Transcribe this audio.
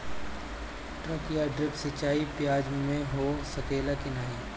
टपक या ड्रिप सिंचाई प्याज में हो सकेला की नाही?